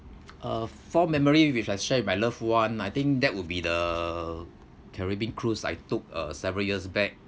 uh fond memory which I share with my loved one I think that would be the caribbean cruise I took uh several years back